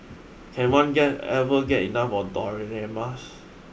can one get ever get enough of dioramas